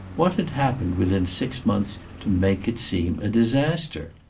what had happened within six months to make it seem a disaster?